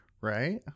right